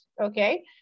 okay